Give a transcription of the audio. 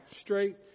Straight